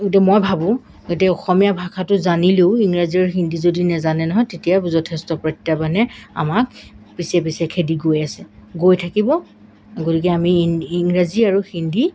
কিন্তু মই ভাবোঁ গতিকে অসমীয়া ভাষাটো জানিলেও ইংৰাজী আৰু হিন্দী যদি নাজানে নহয় তেতিয়া যথেষ্ট প্ৰত্যাহ্বানে আমাক পিছে পিছে খেদি গৈ আছে গৈ থাকিব গতিকে আমি ইংৰাজী আৰু হিন্দী